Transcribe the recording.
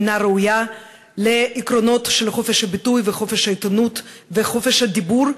אינה ראויה לעקרונות של חופש הביטוי וחופש העיתונות וחופש הדיבור,